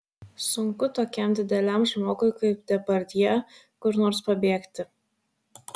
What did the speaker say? sunku tokiam dideliam žmogui kaip depardjė kur nors pabėgti